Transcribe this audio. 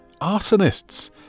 Arsonists